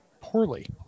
poorly